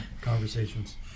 conversations